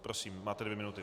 Prosím, máte dvě minuty.